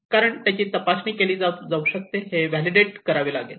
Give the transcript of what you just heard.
कारण याची तपासणी कशी केली जाऊ शकते हे व्हॅलिडेट करावे लागेल